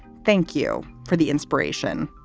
thank you for the inspiration.